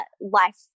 life